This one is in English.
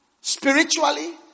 Spiritually